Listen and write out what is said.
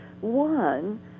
One